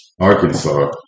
Arkansas